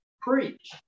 preach